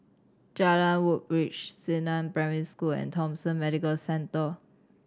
Jalan Woodbridge Xingnan Primary School and Thomson Medical Centre